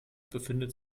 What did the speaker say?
befindet